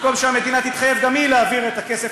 במקום שהמדינה תתחייב גם היא להעביר את הכסף